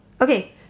Okay